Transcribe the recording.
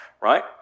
right